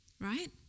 right